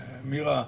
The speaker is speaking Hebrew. מירה,